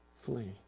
flee